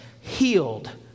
healed